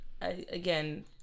again